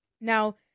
Now